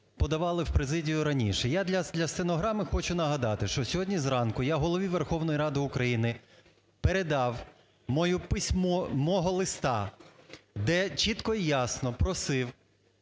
подавали в президію раніше. Я для стенограми хочу нагадати, що сьогодні зранку я Голові Верховної Ради України передав моє письмо, мого листа, де чітко і ясно просив